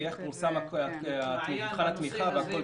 איך פורסם מבחן התמיכה והקול קורא.